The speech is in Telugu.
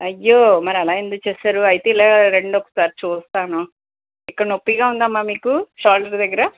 అయ్యో మరి అలా ఎందుకు చేశారు అయితే ఇలా రండి ఒకసారి చూస్తాను ఇక్కడ నొప్పిగా ఉందా అమ్మా మీకు షోల్డర్ దగ్గర